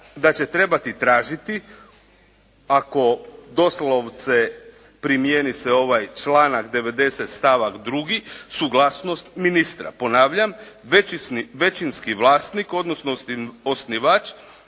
da će trebati tražiti ako doslovce primijeni se ovaj članak 90. stavak 2. suglasnost ministra. Ponavljam, većinski vlasnik odnosno osnivač